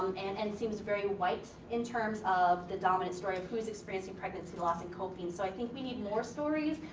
and it and seems very white in terms of the dominant story of who's experiencing pregnancy loss and coping. so, i think we need more stories.